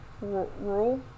rule